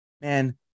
man